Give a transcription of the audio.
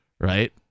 right